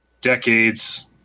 decades